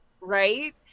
right